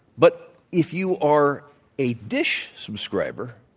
but if you are a dish subscriber,